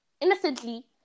innocently